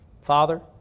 Father